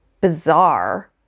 bizarre